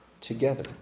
together